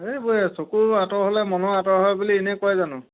সেইবোৰে চকুৰ আঁতৰ হ'লে মনৰ আঁতৰ হয় বুলি এনেই কয় জানো